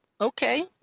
okay